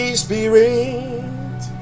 spirit